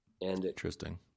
Interesting